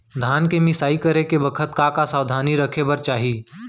धान के मिसाई करे के बखत का का सावधानी रखें बर चाही?